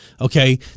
Okay